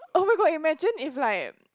oh my god imagine if like